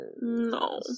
No